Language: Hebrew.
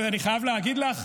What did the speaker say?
אני חייב להגיד לך,